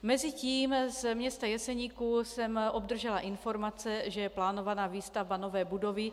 Mezitím z města Jeseníku jsem obdržela informace, že je plánovaná výstavba nové budovy.